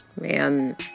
man